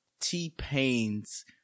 T-Pain's